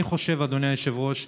אני חושב, אדוני היושב-ראש,